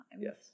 Yes